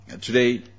today